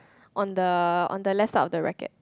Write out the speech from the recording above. on the on the left side of the racket